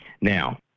Now